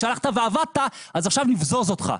כשהלכת ועבדת אז עכשיו נבזוז אותך.